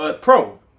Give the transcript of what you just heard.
pro